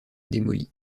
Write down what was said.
démolies